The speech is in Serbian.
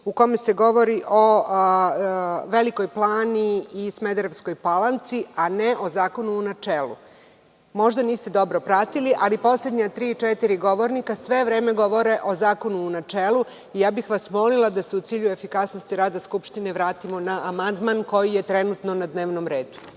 u kome se govori o Velikoj Plani i Smederevskoj Palanci, a ne o zakonu u načelu. Možda niste dobro pratili, ali poslednja tri, četiri govornika sve vreme govore o zakonu u načelu. Molila bih vas da se u cilju efikasnosti rada Skupštine vratimo na amandman koji je trenutno na dnevnom redu.